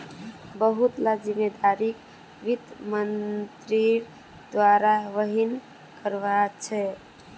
बहुत ला जिम्मेदारिक वित्त मन्त्रीर द्वारा वहन करवा ह छेके